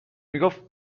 میگفت